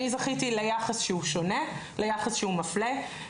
אני זכיתי ליחס שהוא שונה, ליחס שהוא מפלה.